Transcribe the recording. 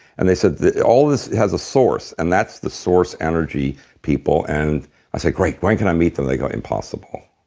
and they said that all this has a source and that's the source energy people, and i said, great. when can i meet them? they go, impossible.